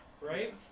right